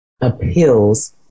appeals